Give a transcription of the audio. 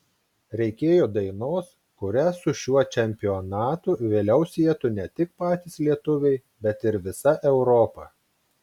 reikėjo dainos kurią su šiuo čempionatu vėliau sietų ne tik patys lietuviai bet ir visa europa